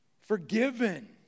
forgiven